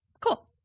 Cool